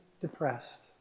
depressed